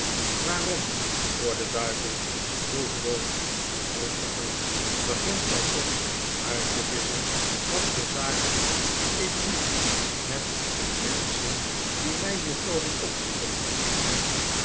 waarom voor den duivel vroeg ralph nog driftiger begint gij soms uit te visschen wat voor zaken ik doe niet de menschen die mij hier komen ppzoeken he